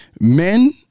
Men